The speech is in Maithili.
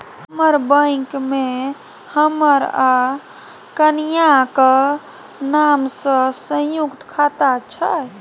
हमर बैंक मे हमर आ कनियाक नाम सँ संयुक्त खाता छै